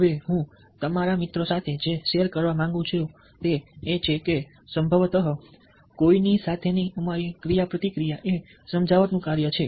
હવે હું તમારા મિત્રો સાથે જે શેર કરવા માંગુ છું તે એ છે કે સંભવતઃ કોઈની સાથેની અમારી ક્રિયાપ્રતિક્રિયા એ સમજાવટનું કાર્ય છે